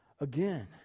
again